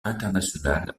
international